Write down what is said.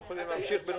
אפשר להמשיך.